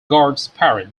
parade